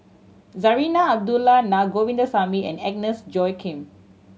Zarinah Abdullah Na Govindasamy and Agnes Joaquim